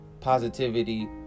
positivity